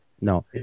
no